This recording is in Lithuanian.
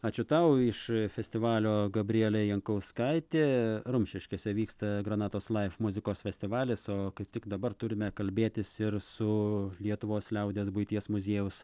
ačiū tau iš festivalio gabrielė jankauskaitė rumšiškėse vyksta granatos laif muzikos festivalis o kaip tik dabar turime kalbėtis ir su lietuvos liaudies buities muziejaus